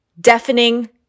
deafening